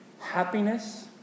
Happiness